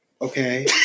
Okay